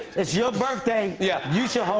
it's your birthday. yeah. you should hold